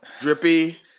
Drippy